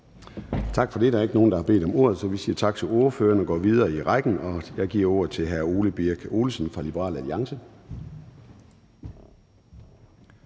Tak for det. Der er ikke nogen, der har bedt om ordet, så vi siger tak til ordføreren og går videre i rækken. Jeg giver ordet til hr. Ole Birk Olesen fra Liberal Alliance.